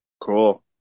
Cool